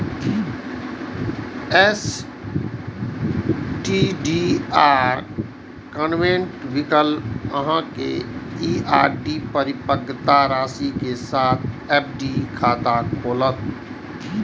STDR convert विकल्प अहांक ई आर.डी परिपक्वता राशि के साथ एफ.डी खाता खोलत